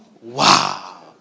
Wow